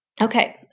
Okay